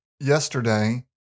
Yesterday